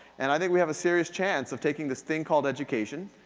and i think we have a serious chance of taking this thing called education,